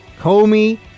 Comey